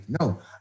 No